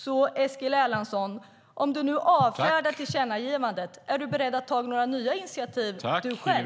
Om du nu alltså avfärdar tillkännagivandet, Eskil Erlandsson, är du beredd att ta några nya initiativ själv?